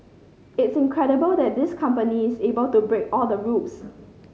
it's incredible that this company is able to break all the rules